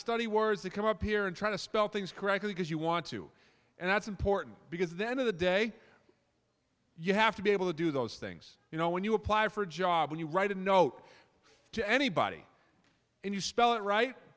study words that come up here and try to spell things correctly because you want to and that's important because the end of the day you have to be able to do those things you know when you apply for a job when you write a note to anybody and you spell it right